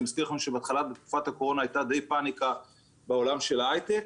אני מזכיר לכם שבתחילת תקופת הקורונה הייתה די פאניקה בעולם של ההייטק.